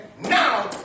now